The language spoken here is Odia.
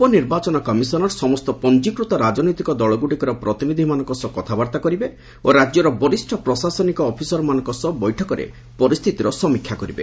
ଉପନିର୍ବାଚନ କମିଶନର୍ ସମସ୍ତ ପଞ୍ଜିକୃତ ରାଜନୈତିକ ଦଳଗୁଡ଼ିକର ପ୍ରତିନିଧିମାନଙ୍କ ସହ କଥାବାର୍ତ୍ତା କରିବେ ଓ ରାଜ୍ୟର ବରିଷ୍ଣ ପ୍ରଶାସନିକ ଅଫିସରମାନଙ୍କ ସହ ବୈଠକରେ ପରିସ୍ଥିତିର ସମୀକ୍ଷା କରିବେ